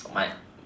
my